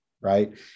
right